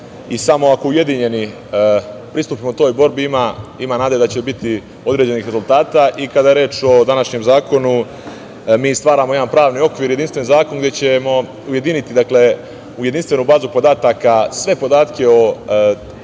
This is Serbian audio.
i samo ako ujedinjeni pristupimo toj borbi ima nade da će biti određenih rezultata. Kada je reč o današnjem zakonu, mi stvaramo jedan pravni okvir, jedinstven zakon gde ćemo ujediniti u jedinstvenu bazu podataka sve podatke o